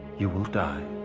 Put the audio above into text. you will die.